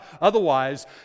Otherwise